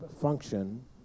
function